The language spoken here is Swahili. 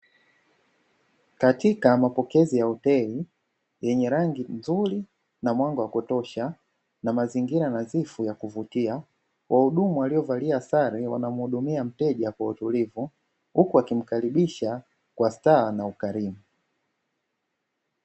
Katika mapokezi ya hoteli yenye rangi nzuri na mwanga wa kutosha na mazingira nadhifu ya kuvutia, wahudumu waliovalia sare wanamuhudumia mteja kwa utulivu huku wakimkaribisha kwa ustaha na ukarimu.